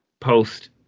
Post